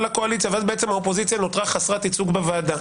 לקואליציה ואז האופוזיציה נותרה חסרת ייצוג בוועדה.